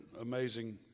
amazing